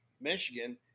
michigan